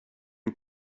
une